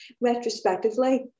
retrospectively